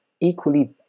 equally